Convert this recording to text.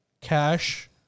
cash